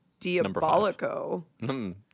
Diabolico